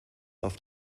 auf